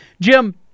Jim